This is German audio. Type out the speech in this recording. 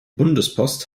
bundespost